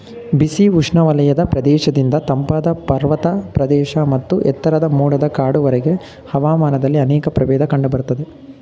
ಬಿಸಿ ಉಷ್ಣವಲಯದ ಪ್ರದೇಶದಿಂದ ತಂಪಾದ ಪರ್ವತ ಪ್ರದೇಶ ಮತ್ತು ಎತ್ತರದ ಮೋಡದ ಕಾಡುವರೆಗೆ ಹವಾಮಾನದಲ್ಲಿ ಅನೇಕ ಪ್ರಭೇದ ಕಂಡುಬರ್ತವೆ